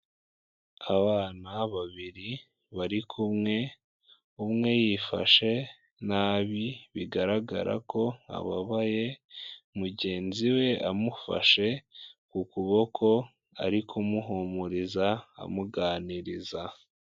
Abana babiri, bari kumwe, umwe yifashe nabi, bigaragara ko ababaye, mugenzi we amufashe ku kuboko ari kumuhumuriza, amuganiriza.